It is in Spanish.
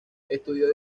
estudió